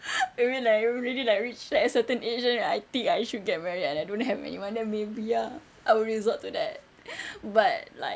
maybe like really like reach a certain age then I think I should get married and I don't have anyone then maybe ah I will resort to that but like